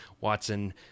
Watson